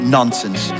Nonsense